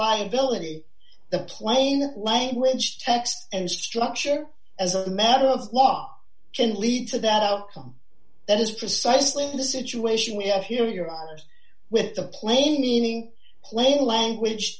liability the plain language text and structure as a matter of law can lead to that outcome that is precisely the situation you have here your arse with the plain meaning plain language